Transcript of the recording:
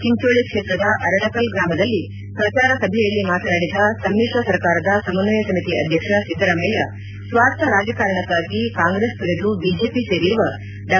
ಚಿಂಚೋಳ ಕ್ಷೇತ್ರದ ಅರಣಕಲ್ ಗ್ರಾಮದಲ್ಲಿ ಪ್ರಚಾರ ಸಭೆಯಲ್ಲಿ ಮಾತನಾಡಿದ ಸಮಿತ್ರ ಸರ್ಕಾರದ ಸಮನ್ವಯ ಸಮಿತಿ ಅಧ್ಯಕ್ಷ ಸಿದ್ದರಾಮಯ್ಯ ಸ್ವಾರ್ಥ ರಾಜಕಾರಣಕ್ಷಾಗಿ ಕಾಂಗ್ರೆಸ್ ತೊರೆದು ಬಿಜೆಪಿ ಸೇರಿರುವ ಡಾ